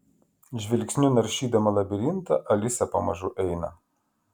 žvilgsniu naršydama labirintą alisa pamažu eina